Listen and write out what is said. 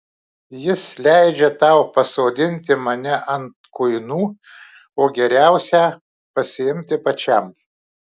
jis leidžia tau pasodinti mane ant kuinų o geriausią pasiimti pačiam